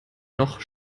noch